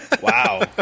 Wow